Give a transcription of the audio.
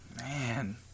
Man